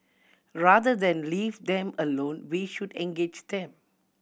rather than leave them alone we should engage them